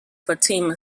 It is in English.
fatima